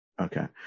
Okay